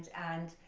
and